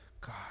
God